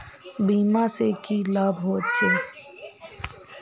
बीमा से की लाभ होचे?